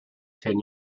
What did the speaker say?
ten